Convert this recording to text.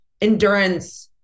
endurance-